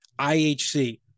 IHC